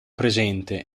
presente